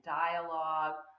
dialogue